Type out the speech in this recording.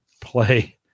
play